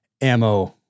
ammo